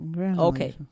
okay